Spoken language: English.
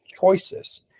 choices